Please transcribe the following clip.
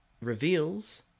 reveals